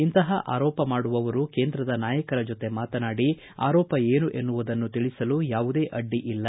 ಇಂಥಹ ಆರೋಪ ಮಾಡುವವರು ಕೇಂದ್ರದ ನಾಯಕರ ಜೊತೆ ಮಾತನಾಡಿ ಆರೋಪ ಏನು ಎನ್ನುವುದನ್ನು ತಿಳಿಸಲು ಯಾವುದೇ ಅಡ್ಡಿ ಇಲ್ಲ